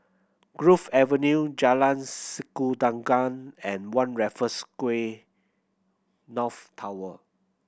Grove Avenue Jalan Sikudangan and One Raffles Quay North Tower